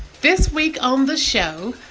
this week on the show,